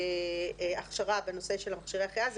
של הכשרה בנושא של מכשירי החייאה.